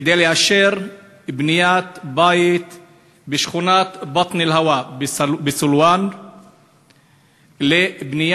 כדי לאשר בית בשכונת בטן אל-הווא בסילואן לבנייה,